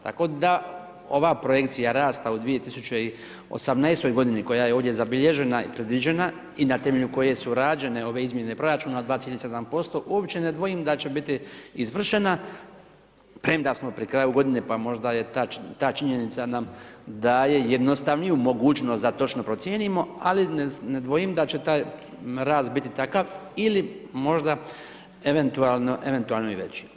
Tako da ova projekcija rasta u 2018. godini koja je ovdje zabilježena i predviđena i na temelju koje su rađene ove izmjene proračuna od 2,7% uopće ne dvojim da će biti izvršena premda smo pri kraju godine pa možda je ta činjenica nam daje jednostavniju mogućnost da točnije procijenimo, ali ne dvojim da će taj rast biti takav ili možda eventualno, eventualno i veći.